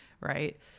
Right